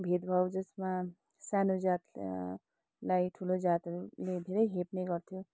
भेदभाव जसमा सानो जात लाई ठुलो जातले धेरै हेप्ने गर्थ्यो